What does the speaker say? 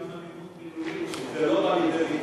יש גם אלימות מילולית, וזה לא בא פה לידי ביטוי.